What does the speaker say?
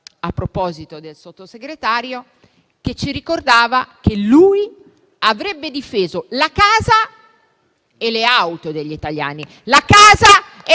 a proposito di Sottosegretari - che ci ricordava che avrebbe difeso la casa e le auto degli italiani?